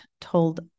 told